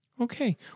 Okay